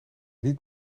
niet